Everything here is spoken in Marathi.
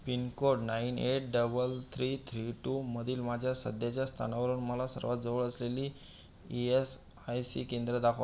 pin code nine eight double three three two मधील माझ्या सध्याच्या स्थानावरून मला सर्वात जवळ असलेली ई एस आय सी केंद्र दाखवा